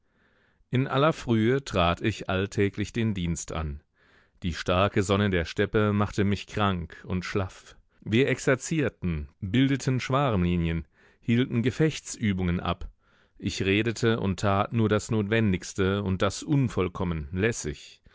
in aller frühe trat ich alltäglich den dienst an die starke sonne der steppe machte mich krank und schlaff wir exerzierten bildeten schwarmlinien hielten gefechtsübungen ab ich redete und tat nur das notwendigste und das unvollkommen lässig